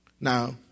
Now